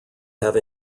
have